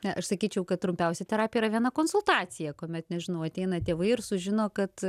ne aš sakyčiau kad trumpiausia terapija viena konsultacija kuomet nežinau ateina tėvai ir sužino kad